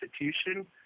institution